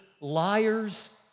liars